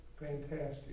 fantastic